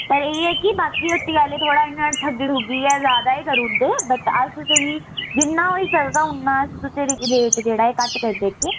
पर एह् कि बाकी हट्टी आह्ले थुआढ़े इ'यां ठग्गी ठुग्गियै जैदा ई करी ओड़दे बट अस तुसें गी जिन्ना होई सकदा उन्ना अस तुसें ई उन्ना अस तुसें ई रेट जेह्ड़ा घट्ट करी देगे